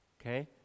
okay